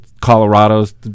Colorado's